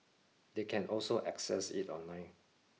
they can also access it online